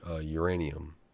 uranium